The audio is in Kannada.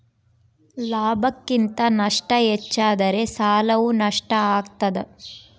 ಲಾಭಕ್ಕಿಂತ ನಷ್ಟ ಹೆಚ್ಚಾದರೆ ಸಾಲವು ನಷ್ಟ ಆಗ್ತಾದ